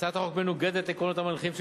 הצעת החוק מנוגדת לעקרונות המנחים של